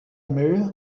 mirror